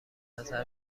نظر